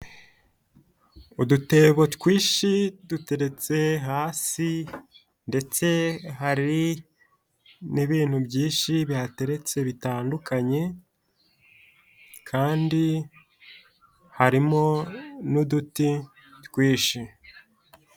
Udutebo twinshi duteretse hasi ndetse hari n'ibintu byinshi bihateretse bitandukanye kandi harimo n'uduti twinshi.